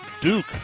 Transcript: duke